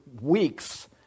weeks